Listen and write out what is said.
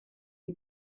you